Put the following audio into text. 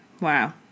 Wow